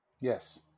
yes